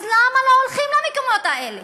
אז למה לא הולכים למקומות האלה?